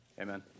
Amen